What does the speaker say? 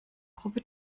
gruppe